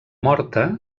morta